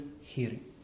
hearing